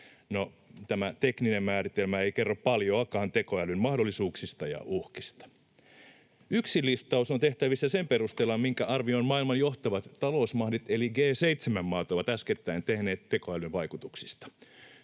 tämä tekninen määritelmä ei kerro paljoakaan tekoälyn mahdollisuuksista ja uhkista. Yksi listaus on tehtävissä sen perusteella, minkä arvion maailman johtavat talousmahdit eli G7-maat ovat äskettäin tehneet tekoälyn vaikutuksista.